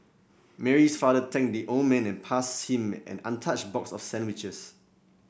Mary's father thanked the old man and passed him an untouched box of sandwiches